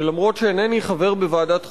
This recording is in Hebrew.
שאף שאינני חבר בוועדת חוקה,